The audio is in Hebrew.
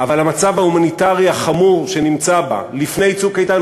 אבל המצב ההומניטרי החמור שנמצא בו לפני "צוק איתן",